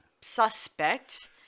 suspect